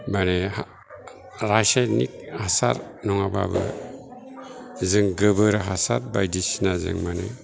माने रासायनिक हासार नङाबाबो जों गोबोर हासार बायदिसिनाजों माने